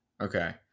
Okay